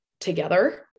together